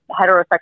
heterosexual